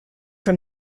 from